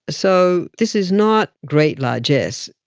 so this is not great largess.